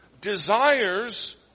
desires